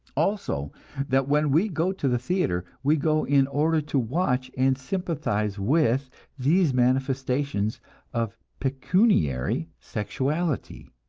also that when we go to the theater, we go in order to watch and sympathize with these manifestations of pecuniary sexuality.